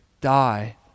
die